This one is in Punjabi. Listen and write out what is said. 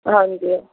ਹਾਂਜੀ